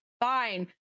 fine